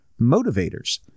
motivators